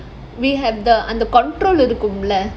we have the under control இருக்கும்ல:irukumla